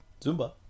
Zumba